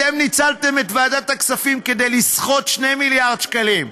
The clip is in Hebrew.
אתם ניצלתם את ועדת הכספים כדי לסחוט 2 מיליארד שקלים,